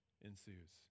ensues